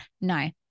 No